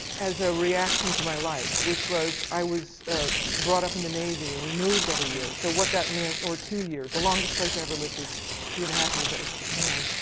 as a reaction to my life, which was i was brought up in the navy and we moved every year, so what that meant or two years. the longest place i ever lived was two and a half years, that was japan,